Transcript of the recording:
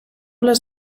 les